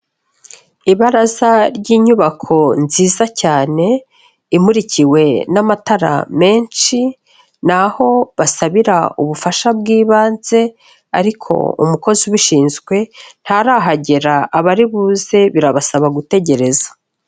Ibaraza ry'inyubako nziza cyane imurikiwe n'amatara menshi ni aho basabira ubufasha bw'ibanze ariko umukozi ubishinzwe ntarahagera abari buze birabasaba gutegereza.